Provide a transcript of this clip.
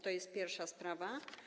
To jest pierwsza sprawa.